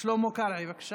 שלמה קרעי ביקש